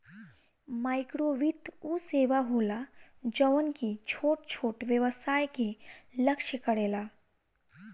माइक्रोवित्त उ सेवा होला जवन की छोट छोट व्यवसाय के लक्ष्य करेला